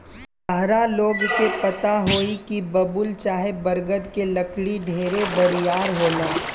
ताहरा लोग के पता होई की बबूल चाहे बरगद के लकड़ी ढेरे बरियार होला